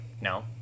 no